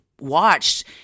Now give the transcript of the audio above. watched